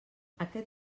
aquest